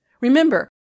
Remember